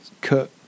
cut